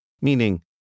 meaning